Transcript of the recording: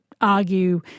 argue